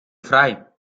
frei